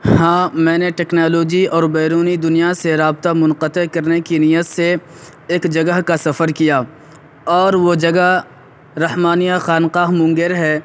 ہاں میں نے ٹیکنالوجی اور بیرونی دنیا سے رابطہ منقطع کرنے کی نیت سے ایک جگہ کا سفر کیا اور وہ جگہ رحمانیہ خانقاہ مونگیر ہے